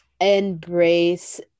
embrace